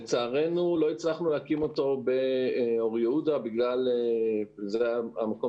לצערנו לא הצלחנו להקים אותו באור יהודה זה המקום